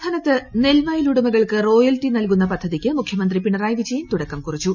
സംസ്ഥാനത്ത് നെൽവയലുടമകൾക്ക് റോയൽറ്റി നൽകുന്ന പദ്ധതിക്ക് മുഖൃമന്ത്രി പിണറായി വിജയൻ തുടക്കം കുറിച്ചു